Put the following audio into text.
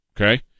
okay